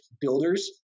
builders